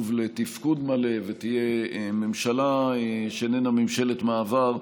לתפקוד מלא ותהיה ממשלה שאיננה ממשלת מעבר,